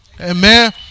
Amen